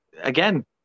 again